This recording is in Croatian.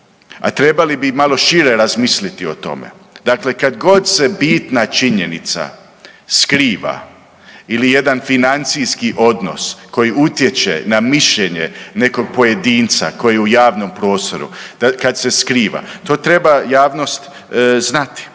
a trebali bi i malo šire razmisliti o tome. Dakle, kad god se bitna činjenica skriva ili jedan financijski odnos koji utječe na mišljenje nekog pojedinca koji je u javnom prostoru kad se skriva to treba javnost znati.